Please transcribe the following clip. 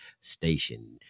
station